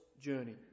journey